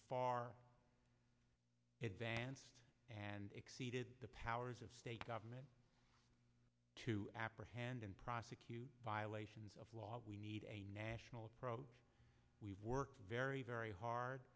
danced and exceeded the powers of state government to apprehend and prosecute violations of law we need a national approach we've worked very very hard